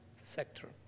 sector